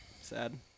Sad